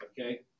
okay